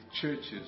churches